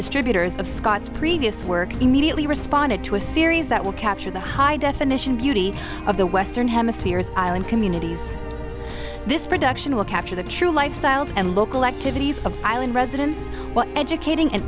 distributors of scott's previous work immediately responded to a series that will capture the high definition beauty of the western hemisphere's island communities this production will capture the true lifestyles and local activities of island residents educating and